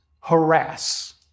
harass